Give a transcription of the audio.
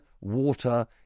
water